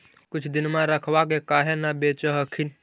कुछ दिनमा रखबा के काहे न बेच हखिन?